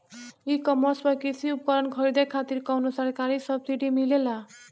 ई कॉमर्स पर कृषी उपकरण खरीदे खातिर कउनो सरकारी सब्सीडी मिलेला?